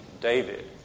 David